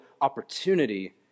opportunity